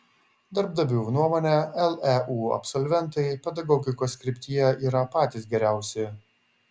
darbdavių nuomone leu absolventai pedagogikos kryptyje yra patys geriausi